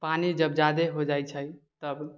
पानि जब जादे हो जाइ छै तब